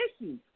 issues